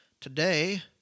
today